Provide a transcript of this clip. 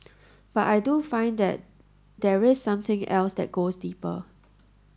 but I do find that there is something else that goes deeper